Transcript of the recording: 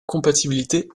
compatibilité